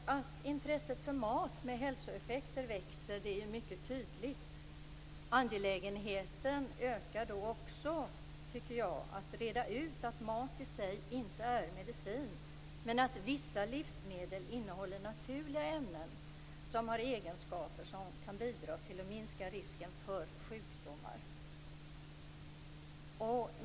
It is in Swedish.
Att intresset för mat med hälsoeffekter växer är mycket tydligt. Angelägenheten ökar då också att reda ut att mat i sig inte är medicin men att vissa livsmedel innehåller naturliga ämnen som har egenskaper som kan bidra till att minska risken för sjukdomar.